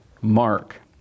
Mark